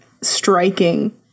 striking